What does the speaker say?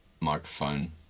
microphone